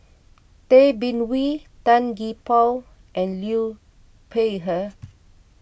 Tay Bin Wee Tan Gee Paw and Liu Peihe